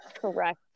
correct